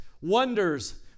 Wonders